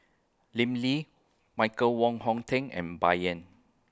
Lim Lee Michael Wong Hong Teng and Bai Yan